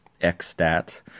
Xstat